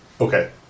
Okay